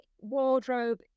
wardrobe